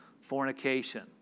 fornication